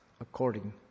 according